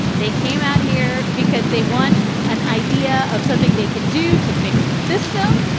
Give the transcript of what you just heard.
they came out here because they want an idea of something they can do to fix the system.